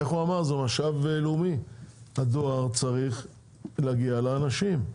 משאב לאומי והוא צריך להגיע לאנשים.